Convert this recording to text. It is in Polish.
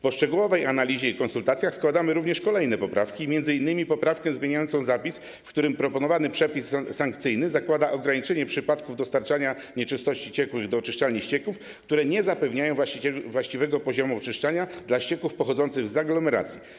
Po szczegółowej analizie i konsultacjach składamy również kolejne poprawki, m.in. poprawkę zmieniającą zapis, zgodnie z którym proponowany przepis sankcyjny zakłada ograniczenie przypadków dostarczania nieczystości ciekłych do oczyszczalni ścieków, które nie zapewniają właściwego poziomu oczyszczania dla ścieków pochodzących z aglomeracji.